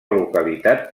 localitat